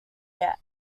yet